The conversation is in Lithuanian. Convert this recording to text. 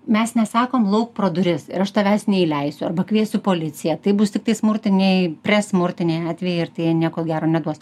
mes nesakom lauk pro duris ir aš tavęs neįleisiu arba kviesiu policiją tai bus tiktai smurtiniai pre smurtiniai atvejai ir tai nieko gero neduos